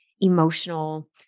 emotional